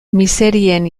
miserien